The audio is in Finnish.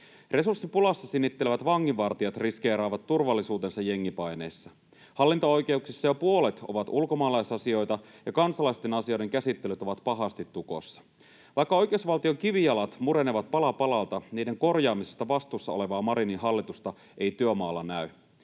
Resurssipulassa sinnittelevät vanginvartijat riskeeraavat turvallisuutensa jengipaineissa. Hallinto-oikeuksissa jo puolet on ulkomaalaisasioita ja kansalaisten asioiden käsittelyt ovat pahasti tukossa. Vaikka oikeusvaltion kivijalat murenevat pala palalta, niiden korjaamisesta vastuussa olevaa Marinin hallitusta ei työmaalla näy.